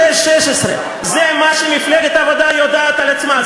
2016. זה מה שמפלגת העבודה יודעת על עצמה,